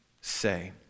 say